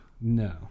No